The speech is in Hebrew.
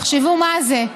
תחשבו מה זה.